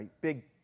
big